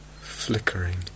flickering